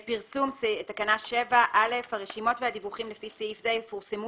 פרסום הרשימות והדיווחים לפי סעיף זה יפורסמו